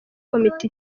komite